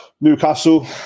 Newcastle